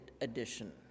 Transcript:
edition